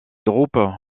groupes